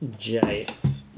Jace